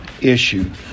issue